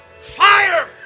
Fire